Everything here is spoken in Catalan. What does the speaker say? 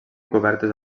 cobertes